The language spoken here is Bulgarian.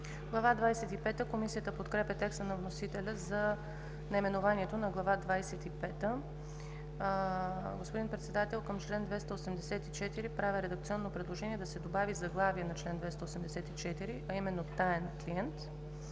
АНГЕЛОВА: Комисията подкрепя текста на вносителя за наименованието на Глава двадесет и пета . Господин Председател, към чл. 284 правя редакционно предложение да се добави заглавие на чл. 284, а именно „Таен клиент“.